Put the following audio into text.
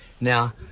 Now